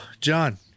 John